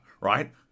right